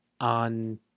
on